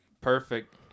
perfect